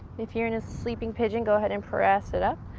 if you're in a sleeping pigeon, go ahead and press it up.